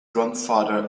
grandfather